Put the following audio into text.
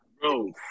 Bro